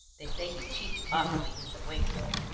they say he cheats awfully in the weight, though.